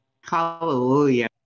Hallelujah